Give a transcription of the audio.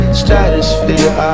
stratosphere